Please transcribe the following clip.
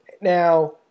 Now